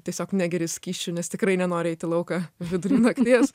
tiesiog negeri skysčių nes tikrai nenori eit į lauką vidury nakties